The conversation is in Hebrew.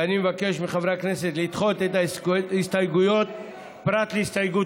ואני מבקש מחברי הכנסת לדחות את ההסתייגויות פרט להסתייגות